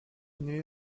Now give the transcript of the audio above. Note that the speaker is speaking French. naît